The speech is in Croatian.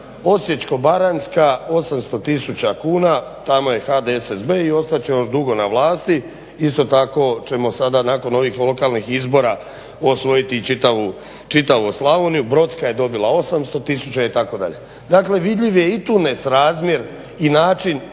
Osječko-baranjska 800 tisuća kuna, tamo je HDSSB i ostat će još dugo na vlasti. isto tako ćemo sada nakon ovih lokalnih izbora osvojiti čitavu Slavoniju, Brodska je dobila 800 tisuća itd. Dakle vidljiv je tu nesrazmjer i način